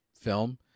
film